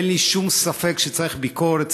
אין לי שום ספק שצריך ביקורת,